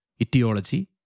etiology